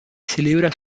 celebra